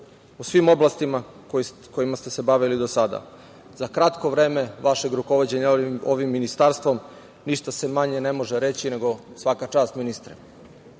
u svim oblastima kojima ste se bavili do sada. Za kratko vreme vašeg rukovođenja ovim ministarstvom ništa se manje ne može reći nego svaka čast ministre. Sledeće